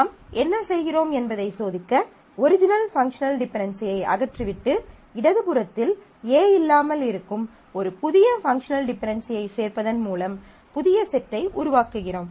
நாம் என்ன செய்கிறோம் என்பதை சோதிக்க ஒரிஜினல் பங்க்ஷனல் டிபென்டென்சியை அகற்றி விட்டு இடது புறத்தில் A இல்லாமல் இருக்கும் ஒரு புதிய பங்க்ஷனல் டிபென்டென்சியைச் சேர்ப்பதன் மூலம் புதிய செட்டை உருவாக்குகிறோம்